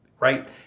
Right